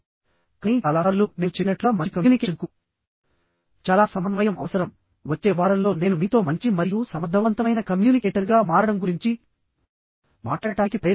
కానీ చాలా సార్లు నేను చెప్పినట్లుగా మంచి కమ్యూనికేషన్కు చాలా సమన్వయం అవసరం వచ్చే వారంలో నేను మీతో మంచి మరియు సమర్థవంతమైన కమ్యూనికేటర్గా మారడం గురించి మాట్లాడటానికి ప్రయత్నిస్తాను